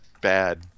bad